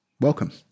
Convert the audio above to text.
welcome